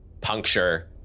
puncture